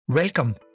Welcome